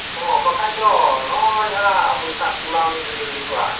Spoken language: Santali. ᱚᱸᱻ ᱵᱟᱠᱷᱟᱡ ᱫᱚ ᱱᱚᱜᱼᱚᱸᱭ ᱦᱟᱜ ᱵᱟᱹᱭᱥᱟᱹᱠᱷ ᱠᱩᱱᱟᱹᱢᱤ ᱨᱮᱜᱮ ᱦᱩᱭᱩᱜᱼᱟ